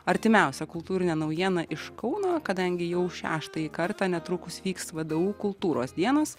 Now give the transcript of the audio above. artimiausia kultūrine naujiena iš kauno kadangi jau šeštąjį kartą netrukus vyks vdu kultūros dienos